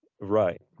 right